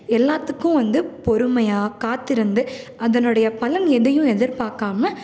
எல்லாத்துக்கும் வந்து பொறுமையாக காத்திருந்து அதனுடைய பலன் எதையும் எதிர்பாக்காமல்